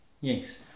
Yes